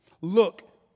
look